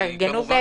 תתארגנו בהתאם.